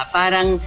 parang